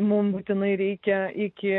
mum būtinai reikia iki